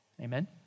Amen